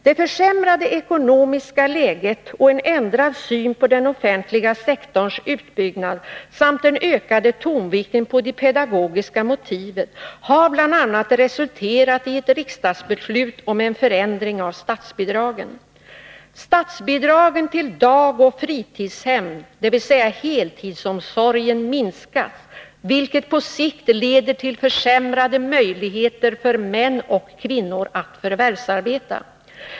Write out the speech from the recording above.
”Det försämrade ekonomiska läget och en ändrad syn på den offentliga sektorns utbyggnad samt den ökade tonvikten på de pedagogiska motiven har bl.a. resulterat i ett riksdagsbeslut om en förändring av statsbidragen. Statsbidragen till dagoch fritidshem — dvs. heltidsomsorgen — minskas, vilket på sikt leder till försämrade möjligheter för män och kvinnor att förvärvsarbeta.